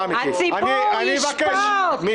הציבור ישפוט.